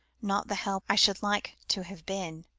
not the help i should like to have been.